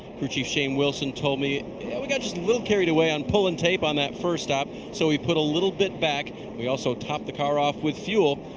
crew chief shane wilson told me we got a little carried away on pulling tape on that first stop so we put a little bit back. we also topped the car off with fuel.